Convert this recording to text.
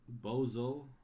Bozo